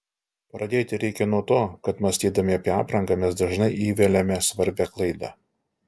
pradėti reikia nuo to kad mąstydami apie aprangą mes dažnai įveliame svarbią klaidą